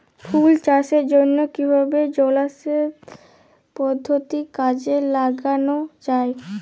ফুল চাষের জন্য কিভাবে জলাসেচ পদ্ধতি কাজে লাগানো যাই?